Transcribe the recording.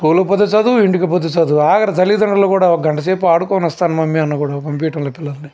స్కూలుకి పోతే చదువు ఇంటికి పోతే చదువు ఆఖరికి తల్లిదండ్రులు కూడా ఒక గంట సేపు ఆడుకుని వస్తానన్నా మమ్మీ అన్న కూడా పంపియటం లేదు పిల్లలని